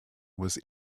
was